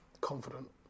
Confident